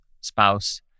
spouse